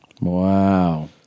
Wow